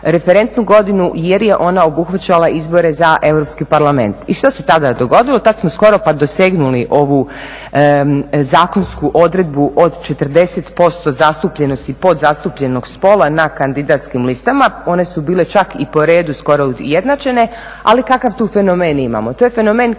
referentnu godinu jer je ona obuhvaćala izbore za Europski parlament. I što se tada dogodilo, tad smo skoro pa dosegnuli ovu zakonsku odredbu od 40% zastupljenosti podzastupljenog spola na kandidatskim listama, one su bile čak i po redu skoro ujednačene, ali kakav tu fenomen imamo. To je fenomen koji